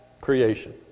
creation